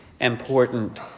important